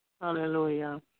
Hallelujah